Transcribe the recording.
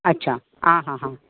अच्छा आं हां हां